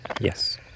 Yes